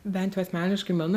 bent jau asmeniškai mano